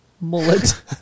mullet